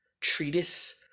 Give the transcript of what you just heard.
treatise